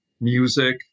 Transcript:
music